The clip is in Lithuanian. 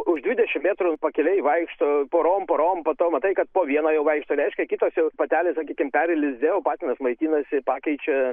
už dvidešimt metrų pakiliai vaikšto porom porom po to matai kad po vieną jau vaikšto reiškia kitos jau patelės sakykim peri lizde o patinas maitinasi pakeičia